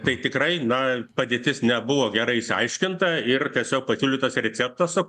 tai tikrai na padėtis nebuvo gerai išsiaiškinta ir tiesiog pasiūlytas receptas o